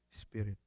spirit